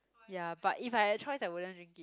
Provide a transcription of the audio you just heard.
ya but if I had a choice I wouldn't drink it